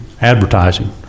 advertising